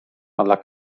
alla